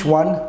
one